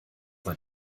man